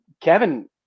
Kevin